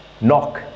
Knock